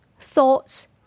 thoughts